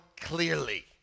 clearly